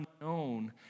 unknown